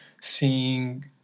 seeing